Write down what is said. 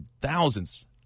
thousands